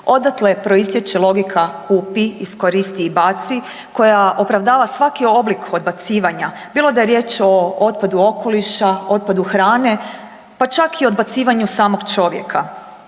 Odatle proistječe logika „kupi, iskoristi i baci“ koja opravdava svaki oblik odbacivanja, bilo da je riječ o otpadu okoliša, otpadu hrane, pa čak i odbacivanju samog čovjeka.